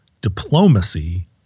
diplomacy